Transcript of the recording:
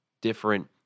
different